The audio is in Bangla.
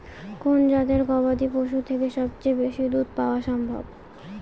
কোন জাতের গবাদী পশু থেকে সবচেয়ে বেশি দুধ পাওয়া সম্ভব?